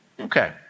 Okay